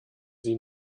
sie